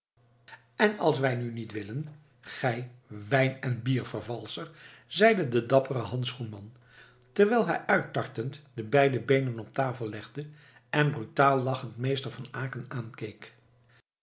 en als wij nu niet willen gij wijn en biervervalscher zeide de dappere handschoen man terwijl hij uittartend de beide beenen op tafel legde en brutaal lachend meester van aecken